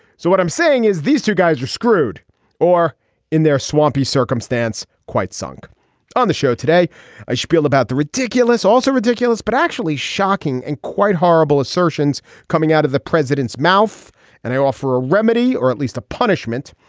so what i'm saying is these two guys are screwed or in their swampy circumstance quite sunk on the show today a spiel about the ridiculous also ridiculous but actually shocking and quite horrible assertions coming out of the president's mouth and they offer a remedy or at least a punishment.